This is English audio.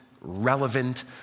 relevant